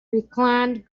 reclined